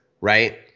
right